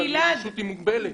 אבל הנגישות היא מוגבלת,